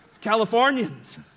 Californians